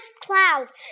clouds